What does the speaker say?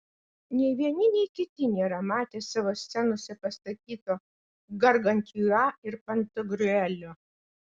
nei vieni nei kiti nėra matę savo scenose pastatyto gargantiua ir pantagriuelio